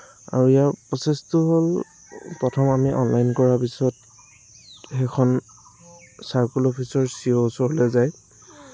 আৰু প্ৰচেছটো হ'ল প্ৰথম আমি অনলাইন কৰাৰ পিছত সেইখন চাৰ্কল অফিচৰ চি অ'ৰ ওচৰলৈ যায়